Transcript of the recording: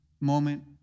moment